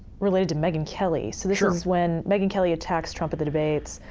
related to megyn kelly. so this is when megyn kelly attacks trump at the debates.